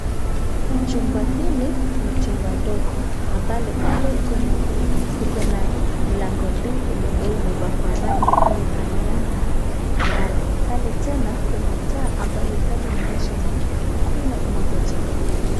Chumba hili ni chumba ndogo ambalo pale Iko na pale mlango mbili ambayo imepangwa rangi yenye inafanana pale tena kuna taa pande ambayo mkono unapotoka pale.